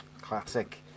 Classic